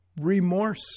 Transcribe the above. Remorse